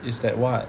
is that what